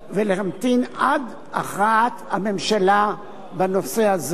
ולהמתין עד הכרעת הממשלה בנושא הזה.